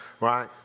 right